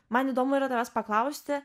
man įdomu yra tavęs paklausti